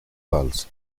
valls